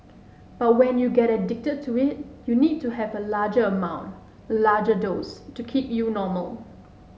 but when you get addicted to it you need to have a larger amount larger dose to keep you normal